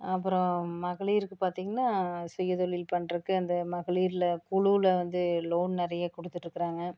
அப்புறம் மகளிர்க்கு பார்த்திங்கன்னா சுய தொழில் பண்ணுறக்கு அந்த மகளிர் குழுவில் வந்து லோன் நிறைய கொடுத்துட்ருக்குறாங்க